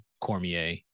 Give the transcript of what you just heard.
Cormier